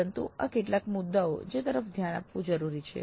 પરંતુ આ કેટલાક મુદ્દાઓ જે તરફ ધ્યાન આપવું જરૂરી છે